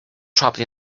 trapped